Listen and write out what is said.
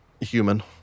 human